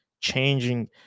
changing